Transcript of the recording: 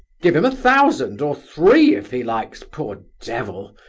give him a thousand, or three if he likes, poor devil,